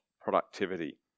productivity